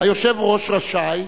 "היושב-ראש רשאי,